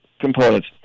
components